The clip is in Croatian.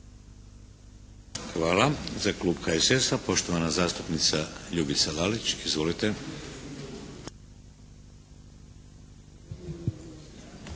Hvala. Za klub HSS-a, poštovana zastupnica Ljubica Lalić. Izvolite.